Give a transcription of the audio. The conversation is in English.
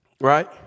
Right